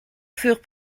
furent